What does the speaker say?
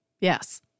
yes